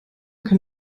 kann